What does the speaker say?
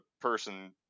person